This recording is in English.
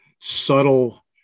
subtle